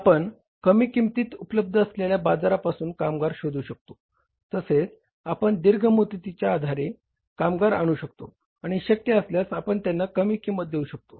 आपण कमी किंमतीत उपलब्ध असलेल्या बाजारापासून कामगार शोधू शकतो तसेच आपण दीर्घ मुदतीच्या आधारे कामगार आणू शकतो आणि शक्य असल्यास आपण त्यांना कमी किंमत देऊ शकतो